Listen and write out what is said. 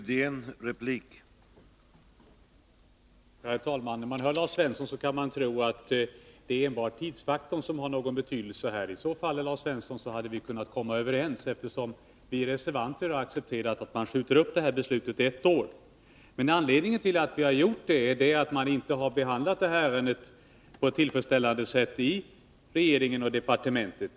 Herr talman! När man hör Lars Svensson kan man tro att enbart tidsfaktorn har någon betydelse här. Men i så fall hade vi kunnat komma överens, eftersom vi reservanter har accepterat att beslutet skjuts upp ett år. Men anledningen är att man inte behandlat detta ärende på ett tillfredsställande sätt i regeringen och departementet.